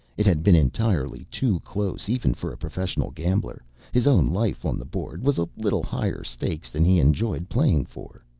it had been entirely too close, even for a professional gambler his own life on the board was a little higher stakes than he enjoyed playing for.